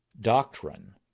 doctrine